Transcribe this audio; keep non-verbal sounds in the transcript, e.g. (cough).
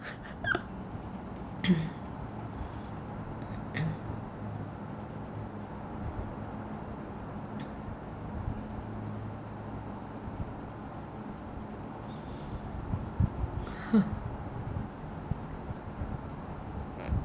(laughs) (coughs) (coughs) (laughs)